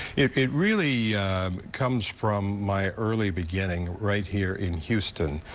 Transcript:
it it really comes from my early beginning right here in houston.